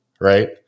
right